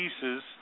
pieces